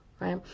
right